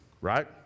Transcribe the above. right